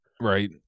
Right